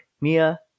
Mia